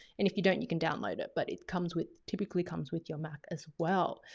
and if you don't you can download it, but it comes with typically comes with your mac as well.